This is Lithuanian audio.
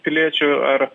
piliečių ar